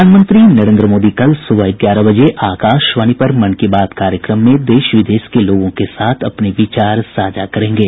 प्रधानमंत्री नरेन्द्र मोदी कल सुबह ग्यारह बजे आकाशवाणी पर मन की बात कार्यक्रम में देश विदेश के लोगों के साथ अपने विचार साझा करेंगे